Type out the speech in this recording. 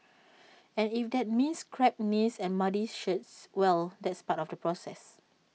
and if that means scraped knees and muddy shirts well that's part of the process